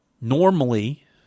Normally